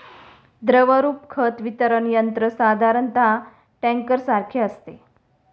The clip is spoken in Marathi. द्रवरूप खत वितरण यंत्र साधारणतः टँकरसारखे असते